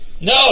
No